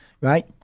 right